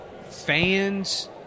fans